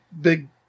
big